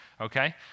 okay